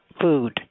food